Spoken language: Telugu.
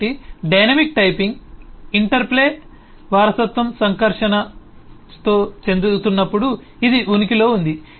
కాబట్టి డైనమిక్ టైపింగ్ ఇంటర్ప్లే వారసత్వంతో సంకర్షణ చెందుతున్నప్పుడు ఇది ఉనికిలో ఉంది